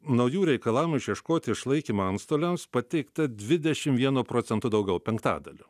naujų reikalavimų išieškoti išlaikymą antstoliams pateikta dvidešim vienu procentu daugiau penktadaliu